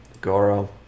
Goro